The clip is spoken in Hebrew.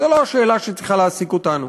זו לא השאלה שצריכה להעסיק אותנו.